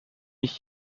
ich